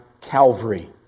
Calvary